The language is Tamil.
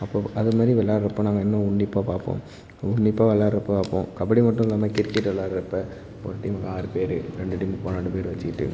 அப்போது அதுமாரி விளாட்றப்ப நாங்கள் இன்னும் உன்னிப்பாக பார்ப்போம் உன்னிப்பாக விளாட்றப்ப பார்ப்போம் கபடி மட்டும் இல்லாமல் கிரிக்கெட் விளாட்றப்ப ஒரு டீமுக்கு ஆறு பேர் ரெண்டு டீமுக்கு பன்னெண்டு பேர் வச்சுக்கிட்டு